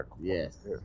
Yes